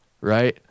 right